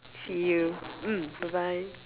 see you mm bye bye